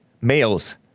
males